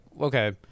okay